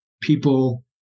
people